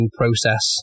process